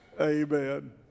Amen